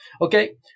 Okay